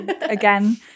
again